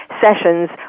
sessions